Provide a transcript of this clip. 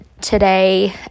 today